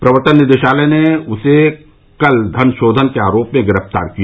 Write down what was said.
प्रवर्तन निदेशालय ने उसे कल धन शोधन के आरोप में गिरफ्तार किया